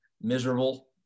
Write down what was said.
miserable